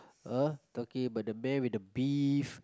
uh talking about the man with the beef